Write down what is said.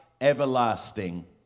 everlasting